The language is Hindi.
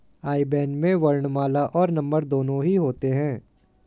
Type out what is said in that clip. आई बैन में वर्णमाला और नंबर दोनों ही होते हैं